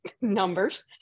numbers